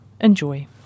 Enjoy